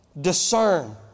discern